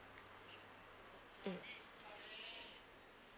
mm